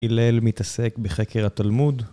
הלל מתעסק בחקר התולמוד.